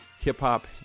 hip-hop